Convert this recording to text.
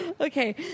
Okay